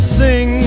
sing